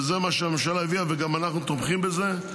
וזה מה שהממשלה הביאה, וגם אנחנו תומכים בזה,